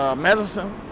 um medicine.